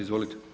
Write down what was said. Izvolite.